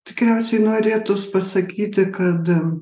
tikriausiai norėtųs pasakyti kad